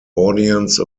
audience